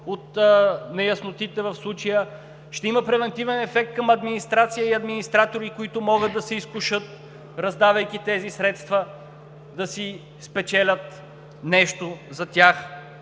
от неяснотите в случая. Ще има превантивен ефект към администрация и администратори, които могат да се изкушат, раздавайки тези средства, да си спечелят нещо за тях.